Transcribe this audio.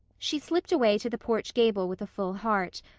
she slipped away to the porch gable with a full heart,